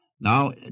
Now